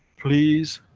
please,